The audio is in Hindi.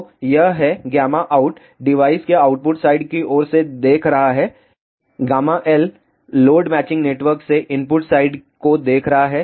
तो यह हैΓout डिवाइस के आउटपुट साइड की ओर से देख रहा है l लोड मैचिंग नेटवर्क से इनपुट साइड को देख रहा है